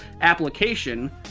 application